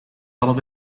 hadden